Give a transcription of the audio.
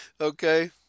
Okay